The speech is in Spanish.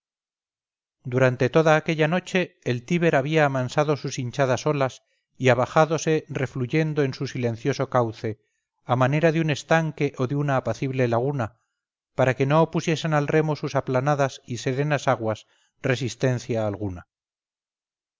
durante toda aquella noche el tíber había amansado sus hinchadas olas y abajádose refluyendo en su silencioso cauce a manera de un estanque o de una apacible laguna para que no opusiesen al remo sus aplanadas y serenas aguas resistencia alguna